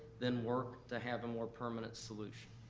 then work to have a more permanent solution.